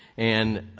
and